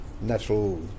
natural